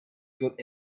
could